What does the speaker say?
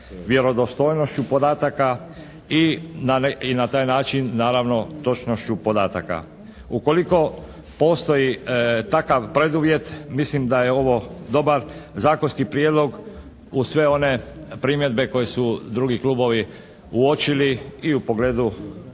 vjerodostojnošću podataka i na taj način naravno točnošću podataka. Ukoliko postoji takav preduvjet, mislim da je ovo dobar zakonski prijedlog uz sve one primjedbe koje su drugi klubovi uočili i u pogledu